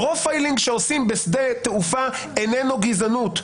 פרופיילינג שעושים בשדה תעופה איננו גזענות.